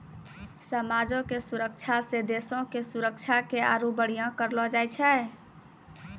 समाजो के सुरक्षा से देशो के सुरक्षा के आरु बढ़िया करलो जाय छै